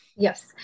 Yes